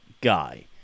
guy